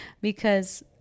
Because-